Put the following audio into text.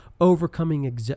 overcoming